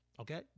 Okay